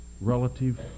relative